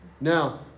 Now